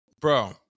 bro